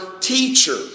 teacher